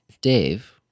Dave